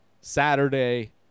Saturday